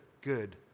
good